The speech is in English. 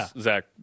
Zach